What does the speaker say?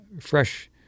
fresh